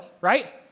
right